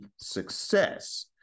success